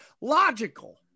logical